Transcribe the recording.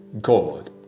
God